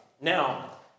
Now